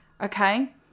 okay